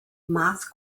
math